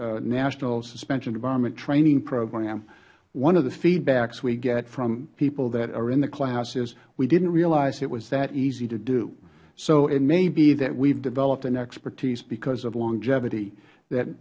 the national suspension and debarment training program one of the feedbacks we get from people that are in the class is we didnt realize it was that easy to do so it may be that we have developed an expertise because of longevity that